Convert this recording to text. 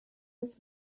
was